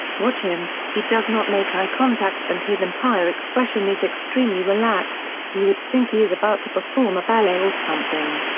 watch him he does not make eye contact and his entire expression is extremely relaxed you would think he is about to perform a ballet or something.